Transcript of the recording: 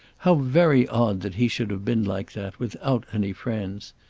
how very odd that he should have been like that, without any friends.